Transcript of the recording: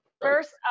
First